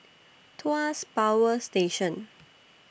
Tuas Power Station